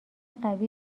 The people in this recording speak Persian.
قوی